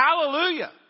Hallelujah